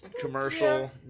commercial